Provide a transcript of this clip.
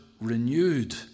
renewed